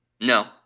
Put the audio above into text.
No